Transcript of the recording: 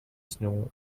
snow